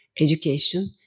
education